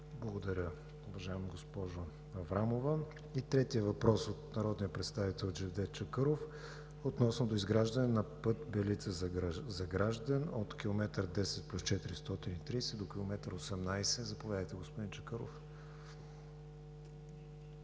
Благодаря, уважаема госпожо Аврамова. Трети въпрос от народния представител Джевдет Чакъров относно доизграждане на път Белица – Загражден от км 10+430 до км 18. Заповядайте, господин Чакъров.